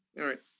all right.